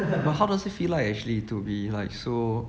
but how does it feel like actually to be like so